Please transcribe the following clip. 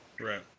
Right